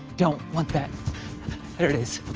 don't want that. there it is.